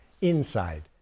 inside